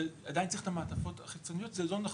עדיין צריך את המעטפות החיצוניות זה לא נכון,